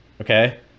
okay